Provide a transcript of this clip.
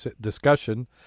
discussion